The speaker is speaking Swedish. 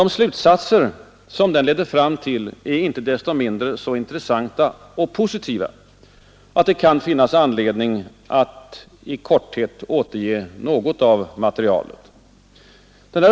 De slutsatser den leder fram till är icke desto mindre så intressanta och positiva att det kan finnas anledning att i korthet återge något av materialet.